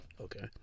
Okay